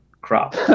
crop